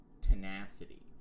tenacity